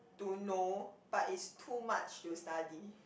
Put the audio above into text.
to know but is too much to study